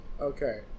okay